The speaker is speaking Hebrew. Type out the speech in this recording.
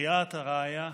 ליאת הרעיה,